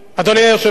אדוני היושב-ראש,